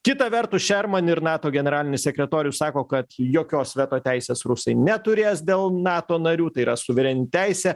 kita vertus šerman ir nato generalinis sekretorius sako kad jokios veto teisės rusai neturės dėl nato narių tai yra suvereni teisė